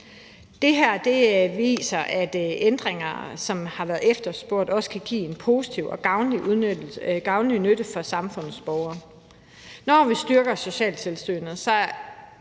Det her viser, at ændringer, som har været efterspurgt, også kan gøre positiv og gavnlig nytte for samfundets borgere. Når vi styrker socialtilsynet, er